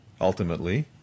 ultimately